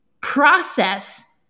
process